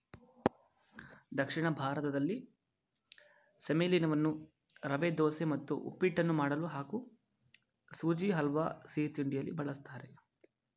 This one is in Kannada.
ದಕ್ಷಿಣ ಭಾರತದಲ್ಲಿ ಸೆಮಲೀನವನ್ನು ರವೆದೋಸೆ ಮತ್ತು ಉಪ್ಪಿಟ್ಟನ್ನು ಮಾಡಲು ಹಾಗೂ ಸುಜಿ ಹಲ್ವಾ ಸಿಹಿತಿಂಡಿಯಲ್ಲಿ ಬಳಸ್ತಾರೆ